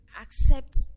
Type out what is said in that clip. accept